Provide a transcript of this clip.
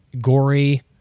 gory